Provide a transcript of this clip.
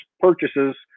purchases